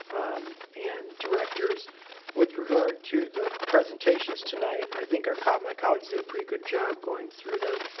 um, and directors with regard to the presentations tonight i think are caught. my colleagues did a pretty good job going through them.